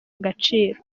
agaciro